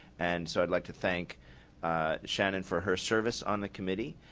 and so i'd like to thank shannon for her service on the committee.